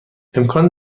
امکان